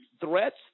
threats